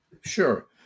Sure